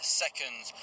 seconds